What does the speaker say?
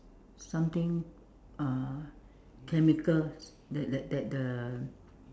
something uh chemical that that the